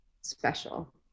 special